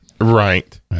Right